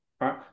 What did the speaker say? Right